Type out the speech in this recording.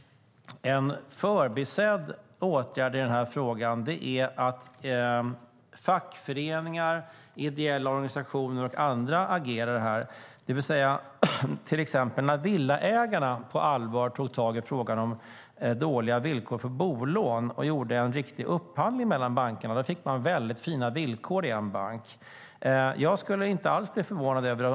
En förbisedd åtgärd i denna fråga är att fackföreningar, ideella organisationer och andra agerar. När till exempel Villaägarna på allvar tog tag i frågan om dåliga villkor för bolån och gjorde en riktig upphandling mellan bankerna fick man mycket fina villkor i en bank.